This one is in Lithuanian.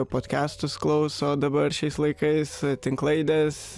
podcastus klauso dabar šiais laikais tinklaides